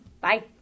Bye